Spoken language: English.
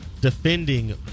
defending